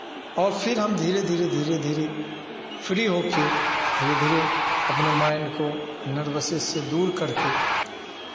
और फिर हम धीरे धीरे धीरे धीरे फ्री हो के धीरे धीरे अपने माइंड को नर्भसनेस से दूर करते थे